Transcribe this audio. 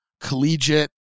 collegiate